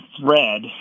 thread